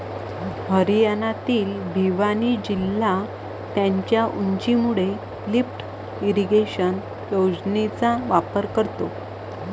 हरियाणातील भिवानी जिल्हा त्याच्या उंचीमुळे लिफ्ट इरिगेशन योजनेचा वापर करतो